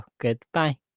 goodbye